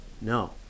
No